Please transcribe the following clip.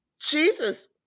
Jesus